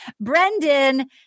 Brendan